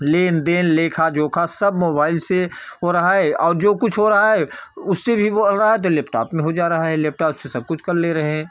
लेनदेन लेखा जोखा सब मोबाइल से हो रहा है और जो कुछ हो रहा है उससे भी बोल रहा है तो लैपटॉप में हो जा रहा है लैपटॉप से सब कुछ कर ले रहे हैं